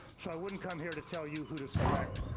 so i wouldn't come here to tell you who to select.